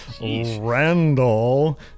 Randall